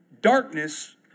darkness